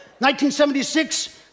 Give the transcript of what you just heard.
1976